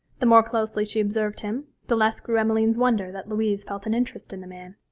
the more closely she observed him, the less grew emmeline's wonder that louise felt an interest in the man.